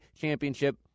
Championship